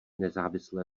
nezávisle